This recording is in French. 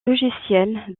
logiciel